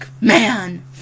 Man